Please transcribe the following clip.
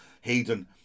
Hayden